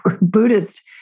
Buddhist